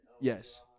Yes